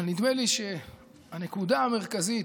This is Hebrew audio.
אבל נדמה לי שהנקודה המרכזית,